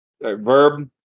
Verb